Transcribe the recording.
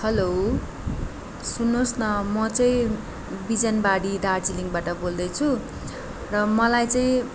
hello सुन्नुहोस् न म चाहिँ बिजनबारी दार्जिलिङबाट बोल्दैछु र मलाई चाहिँ